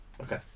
okay